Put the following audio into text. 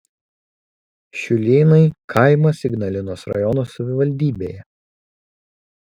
šiūlėnai kaimas ignalinos rajono savivaldybėje